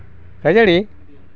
ᱠᱷᱟᱹᱡᱟᱹᱲᱤ